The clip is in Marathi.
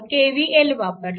KVL वापरला